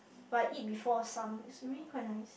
but I eat before some it's really quite nice